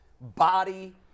body